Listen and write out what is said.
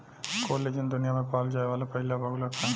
collagen दुनिया में पावल जाये वाला पहिला बहुलक ह